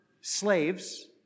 slaves